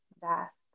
vast